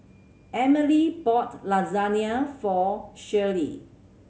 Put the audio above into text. Emilee bought Lasagne for Shirley